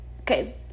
Okay